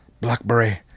blackberry